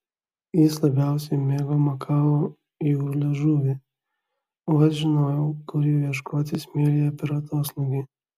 jis labiausiai mėgo makao jūrų liežuvį o aš žinojau kur jų ieškoti smėlyje per atoslūgį